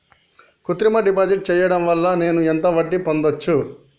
Fix డ్ deposit చేయటం వల్ల నేను ఎంత వడ్డీ పొందచ్చు?